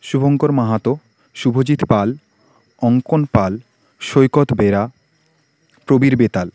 Shubhankar Mahato Shubhajit Pal Ankan Pal Saikat Bera Prabir Betal